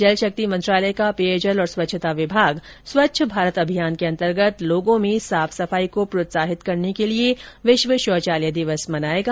जल शक्ति मंत्रालय का पेयजल और स्वच्छता विभाग स्वच्छ भारत अभियान के अंतर्गत लोगों में साफ सफाई को प्रोत्साहित करने के लिए विश्व शौचालय दिवस मनाएगा